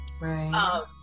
Right